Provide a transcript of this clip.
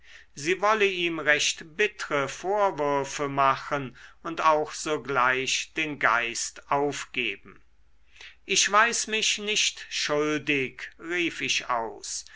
sie wolle ihm recht bittre vorwürfe machen und auch sogleich den geist aufgeben ich weiß mich nicht schuldig rief ich aus